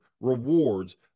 rewards